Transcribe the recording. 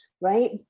right